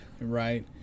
Right